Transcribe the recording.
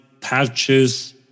patches